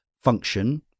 function